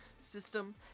system